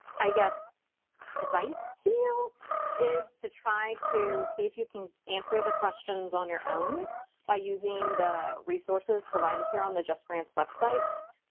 i guess advice is to try to see if you can answer the questions on your own by using the resources provided here on the justgrants website.